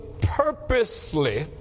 purposely